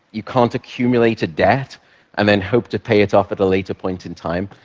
you can't accumulate a debt and then hope to pay it off at a later point in time.